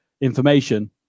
information